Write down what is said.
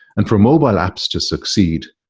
and for mobile apps to succeed,